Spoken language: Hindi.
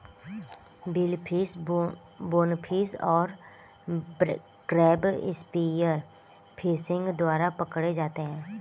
बिलफिश, बोनफिश और क्रैब स्पीयर फिशिंग द्वारा पकड़े जाते हैं